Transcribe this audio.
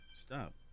Stop